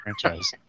franchise